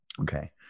Okay